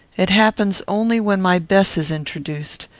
it happens only when my bess is introduced.